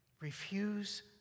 Refuse